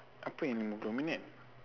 apa yang lima puluh minit